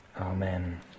Amen